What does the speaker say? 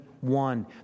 one